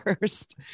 first